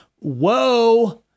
Whoa